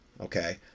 okay